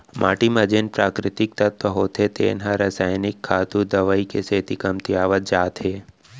माटी म जेन प्राकृतिक तत्व होथे तेन ह रसायनिक खातू, दवई के सेती कमतियावत जात हे